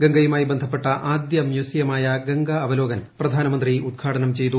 ഗംഗയുമായി ബന്ധപ്പെട്ട ആദ്യ മ്യൂസിയമായ ഗംഗ അവലോകൻ പ്രധാനമന്ത്രി ഉദ്ഘാടനം ചെയ്തു